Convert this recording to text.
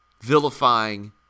Vilifying